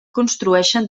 construeixen